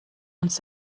uns